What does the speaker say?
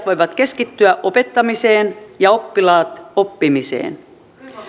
voivat keskittyä opettamiseen ja oppilaat oppimiseen